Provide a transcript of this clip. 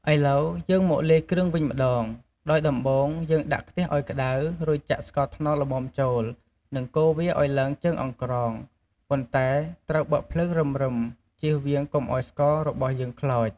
ឥឡូវ យើងមកលាយគ្រឿងវិញម្ដង ដោយដំបូងយើងដាក់ខ្ទះឱ្យក្ដៅ រួចចាក់ស្ករត្នោតល្មមចូល និងកូរវាឱ្យឡើងជើងអង្ក្រង ប៉ុន្តែត្រូវបើកភ្លើងរឹមៗ ជៀសវាងកុំឱ្យស្កររបស់យើងខ្លោច។